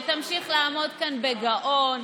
שתמשיך לעמוד כאן בגאון,